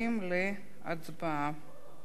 עוברים להצבעה